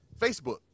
Facebook